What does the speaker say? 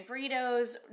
burritos